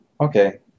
okay